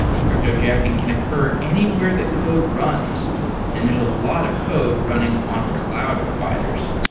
cryptojacking can occur anywhere that code runs and there's a lot of code running on cloud providers.